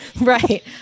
Right